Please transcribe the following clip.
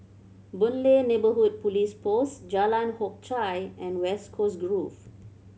Boon Lay Neighbourhood Police Post Jalan Hock Chye and West Coast Grove